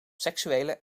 seksuele